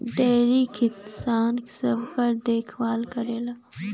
dairy किसान सबकर देखभाल करेला